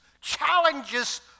challenges